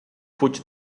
fuig